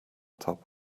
top